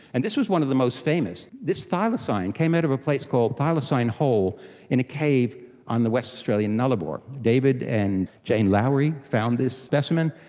and this was one of the most famous. this thylacine came out of a place called thylacine hole in a cave on the west australian nullarbor. david and jane lowry found this specimen,